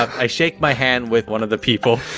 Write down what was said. i shake my hand with one of the people